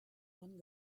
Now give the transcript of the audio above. one